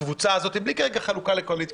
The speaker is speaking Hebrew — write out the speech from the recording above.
הקבוצה הזאת בלי חלוקה לקואליציה ואופוזיציה,